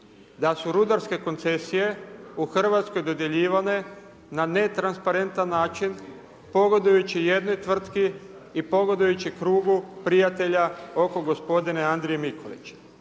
da su rudarske koncesije u RH dodjeljivane na netransparentan način, pogodujući jednoj tvrtki i pogodujući krugu prijatelja oko gospodina Andrije Mikulića.